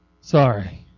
Sorry